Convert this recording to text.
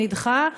ונדחה.